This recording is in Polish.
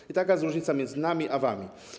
I taka jest różnica między nami a wami.